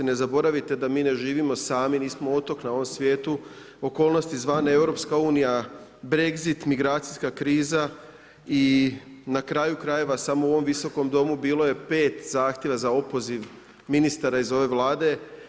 Ne zaboravite da mi ne živimo sami, nismo otok na ovom svijetu, okolnosti zvane EU, Brexit, migracijska kriza i na kraju krajeva samo u ovom Visokom domu bilo je 5 zahtjeva za opoziv ministara iz ove Vlade.